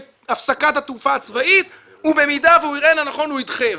הפסקת התעופה הצבאית ובמידה והוא יראה לנכון הוא ידחה.